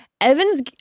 Evans